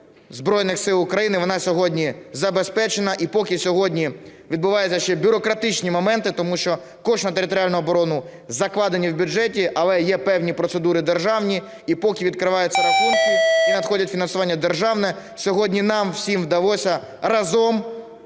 Збройних Сил України, вона сьогодні забезпечена. І поки сьогодні відбуваються ще бюрократичні моменти, тому що кошти на територіальну оборону закладені в бюджеті, але є певні процедури державні. І поки відкриваються рахунки і надходить фінансування державне, сьогодні нам всім вдалося разом